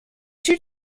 two